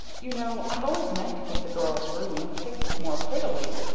you know i've always meant to get the girl's room fixed more prettily,